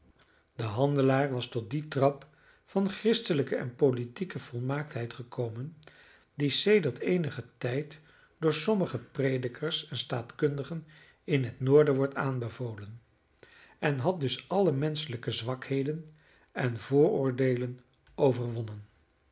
de handelaar was tot dien trap van christelijke en politieke volmaaktheid gekomen die sedert eenigen tijd door sommige predikers en staatkundigen in het noorden wordt aanbevolen en had dus alle menschelijke zwakheden en vooroordeelen overwonnen